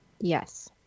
Yes